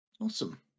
Awesome